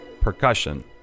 Percussion